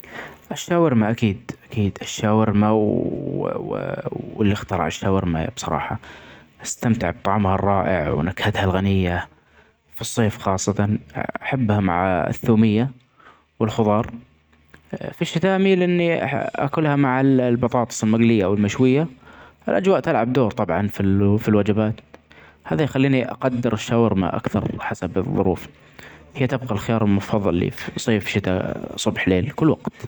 الشاورما أكيد أكيد الشاورما و واللي أخترع الشاورما ،بصراحة بستمتع بطعمها الرائع ونكهتها الغنية. في الصيف خاصة أحبها مع الثومية والخضار. في الشتا أميل إني آكلها مع البطاطس المليه أو المشوية .أجواء تلعب دور طبعا في ال- في الوجبات هذه يخليني أقدر الشاورما أكثر حسب الظروف ،هي تبقي الخيار المفظل لي .صيف ،شتا ،صبح ،ليل، كل وقت.